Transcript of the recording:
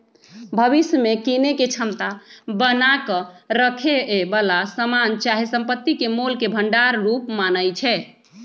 भविष्य में कीनेके क्षमता बना क रखेए बला समान चाहे संपत्ति के मोल के भंडार रूप मानइ छै